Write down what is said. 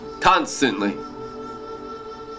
Constantly